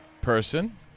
person